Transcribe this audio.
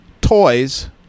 toys